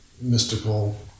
mystical